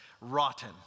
rotten